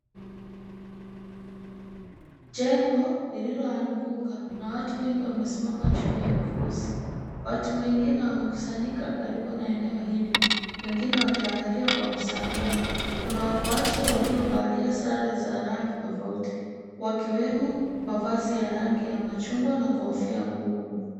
Jengo lililoanguka na watu wengi wamesimama juu ya vifusi. Watu wengine wamekusanyika karibu na eneo hili. Wengine wakiangalia kwa mshangao. Kuna waokoaji waliovalia sare za rangi ya tofauti wakiwemo mavazi ya rangi ya machungwa na kofia ngumu.